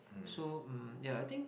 so um yeah I think